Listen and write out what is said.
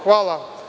Hvala.